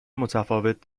متفاوت